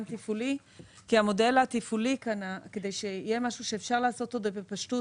תפעולי; כדי שיהיה משהו שאפשר לעשות אותו בפשטות